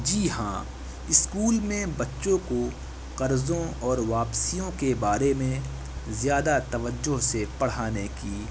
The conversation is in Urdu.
جی ہاں اسکول میں بچوں کو قرضوں اور واپسیوں کے بارے میں زیادہ توجہ سے پڑھانے کی